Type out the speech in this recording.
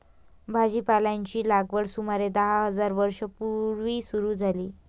भाजीपाल्याची लागवड सुमारे दहा हजार वर्षां पूर्वी सुरू झाली